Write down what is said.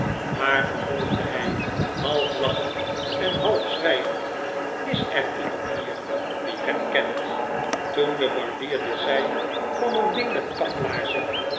maar vervolgde hij half lachend en half schreiend r is er iemand hier die hem kent toen de barbier dit zei kwam een ding met kaplaarzen